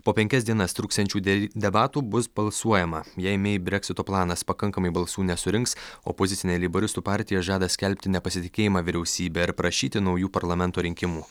po penkias dienas truksiančių dėl debatų bus balsuojama jei mei brexito planas pakankamai balsų nesurinks opozicinė leiboristų partija žada skelbti nepasitikėjimą vyriausybe ir prašyti naujų parlamento rinkimų